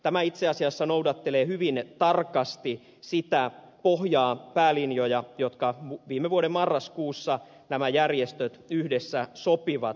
tämä itse asiassa noudattelee hyvin tarkasti sitä pohjaa päälinjoja joista viime vuoden marraskuussa nämä järjestöt yhdessä sopivat